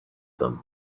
them